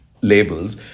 labels